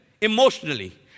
emotionally